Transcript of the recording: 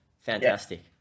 Fantastic